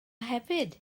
hefyd